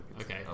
Okay